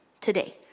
today